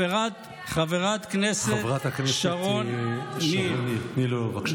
חברת הכנסת שרון ניר, תני לו, בבקשה.